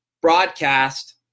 broadcast